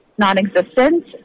non-existent